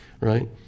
right